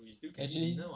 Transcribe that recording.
actually